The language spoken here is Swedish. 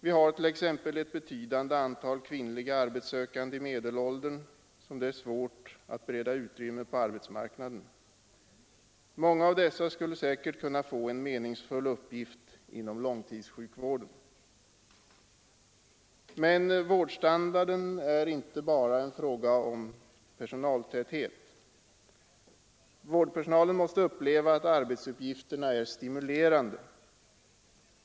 Vi har t.ex. ett betydande antal kvinnliga arbetssökande i medelåldern som det är svårt att bereda utrymme för på arbetsmarknaden. Många av dessa skulle säkert kunna få en meningsfull uppgift inom långtidssjukvården. Men vårdstandarden är inte bara en fråga om personaltäthet. Vårdpersonalen måste uppleva att arbetsuppgifterna är stimulerande.